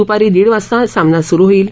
दृपारी दीड वाजता हा सामना सुरु होईल